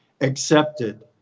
accepted